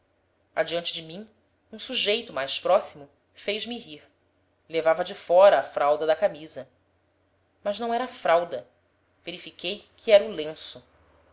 respirar adiante de mim um sujeito mais próximo fez-me rir levava de fora a fralda da camisa mas não era fralda verifiquei que era o lenço